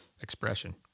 expression